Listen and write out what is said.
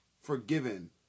forgiven